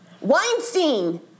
Weinstein